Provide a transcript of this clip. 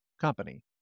company